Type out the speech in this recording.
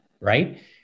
Right